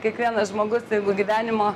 kiekvienas žmogus jeigu gyvenimo